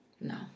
no